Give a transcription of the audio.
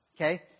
okay